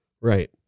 Right